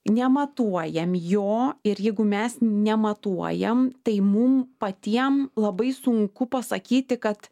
nematuojam jo ir jeigu mes nematuojam tai mum patiem labai sunku pasakyti kad